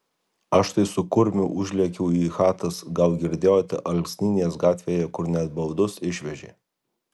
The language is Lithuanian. aš tai su kurmiu užlėkiau į chatas gal girdėjote alksnynės gatvėje kur net baldus išvežė